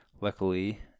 luckily